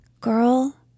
Girl